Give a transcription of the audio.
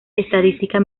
estadística